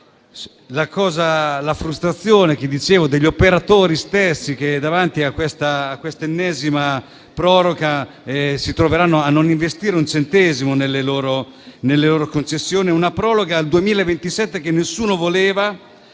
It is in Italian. frustrazione degli operatori stessi che, davanti a questa ennesima proroga, si troveranno a non investire un centesimo nelle loro concessioni: una proroga al 2027 che nessuno voleva.